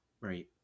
right